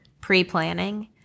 pre-planning